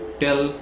tell